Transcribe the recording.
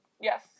Yes